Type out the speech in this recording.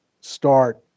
start